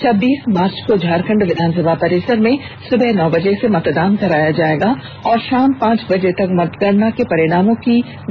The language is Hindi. छब्बीस मार्च को झारखण्ड विधानसभा परिसर में सुबह नौ बजे से मतदान कराया जाएगा और षाम पांच बजे तक मतगणना के परिणामों की घोषणा की जा सकती है